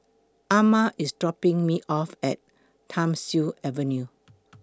Ama IS dropping Me off At Thiam Siew Avenue